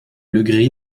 legris